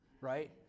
right